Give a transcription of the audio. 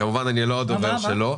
אשמח להתייחסות לזה,